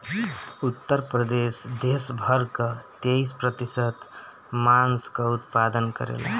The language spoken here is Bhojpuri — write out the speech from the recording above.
उत्तर प्रदेश देस भर कअ तेईस प्रतिशत मांस कअ उत्पादन करेला